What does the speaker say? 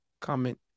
comment